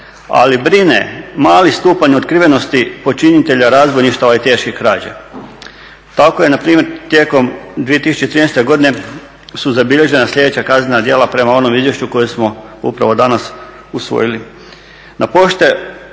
ali brine mali stupanj otkrivenosti počinitelja razbojništava i teških krađa. Tako je npr. tijekom 2013.su zabilježena sljedeća kaznena djela prema onom izvješću koje smo upravo danas usvojili. Na pošte